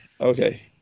Okay